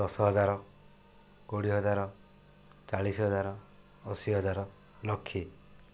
ଦଶ ହଜାର କୋଡ଼ିଏ ହଜାର ଚାଳିଶି ହଜାର ଅଶୀ ହଜାର ଲକ୍ଷେ